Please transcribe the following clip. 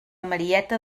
marieta